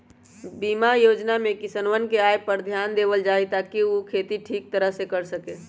बीमा योजना में किसनवन के आय पर ध्यान देवल जाहई ताकि ऊ खेती ठीक तरह से कर सके